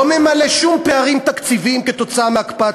לא ממלא שום פערים תקציביים כתוצאה מהקפאת